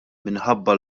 minħabba